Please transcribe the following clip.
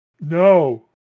No